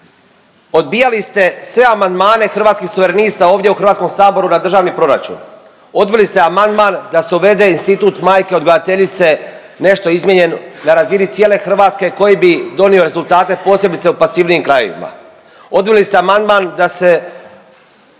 Odbijali ste sve amandmane Hrvatskih suverenista ovdje u HS-u na državni proračun, odbili ste amandman da se uvede institut majke odgajateljice nešto izmijenjen na razini cijele Hrvatske koji bi donio rezultate posebice o pasivnijim krajevima. Odbili ste amandman da se